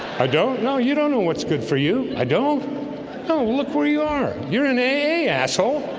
i don't know you don't know what's good for you. i don't know look where you are. you're in a asshole